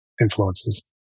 influences